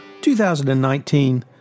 2019